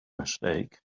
mistake